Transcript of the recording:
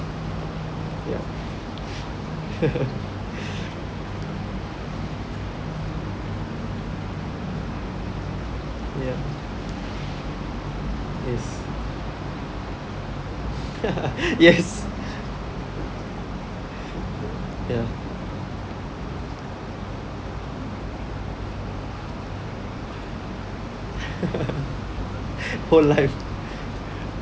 yes ya whole life